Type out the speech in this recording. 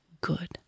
good